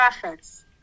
prophets